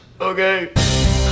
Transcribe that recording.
Okay